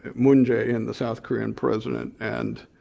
moon jae-in, the south korean president, and